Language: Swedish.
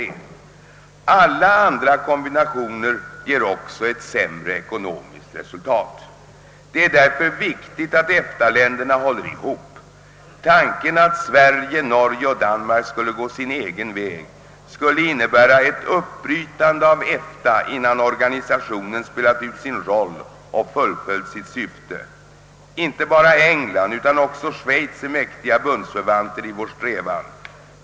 Alla andra kombinationer ger också ett sämre ekonomiskt resul tat. Det är därför viktigt att EFTA-länderna håller ihop. Tanken att Sverige, Norge och Danmark skulle gå sin egen väg skulle innebära ett uppbrytande av EFTA, innan organisationen spelat ut sin roll och fullföljt sitt syfte. Inte bara England utan också Schweiz är mäktiga bundsförvanter i vår strävan.